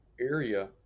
area